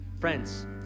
Friends